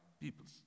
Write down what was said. peoples